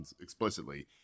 explicitly